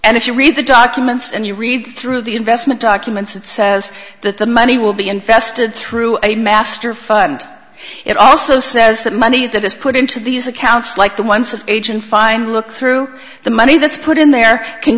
and if you read the documents and you read through the investment documents it says that the money will be invested through a master fund it also says that money that is put into these accounts like that once an agent find look through the money that's put in there can